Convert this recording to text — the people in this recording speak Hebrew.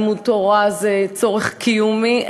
לימוד תורה זה צורך קיומי.